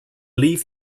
leave